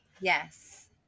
Yes